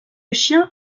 chien